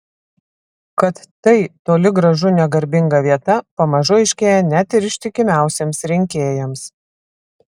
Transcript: kad tai toli gražu ne garbinga vieta pamažu aiškėja net ir ištikimiausiems rinkėjams